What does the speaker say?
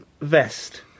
vest